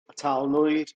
atalnwyd